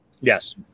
Yes